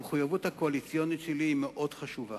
המחויבות הקואליציונית שלי היא מאוד חשובה,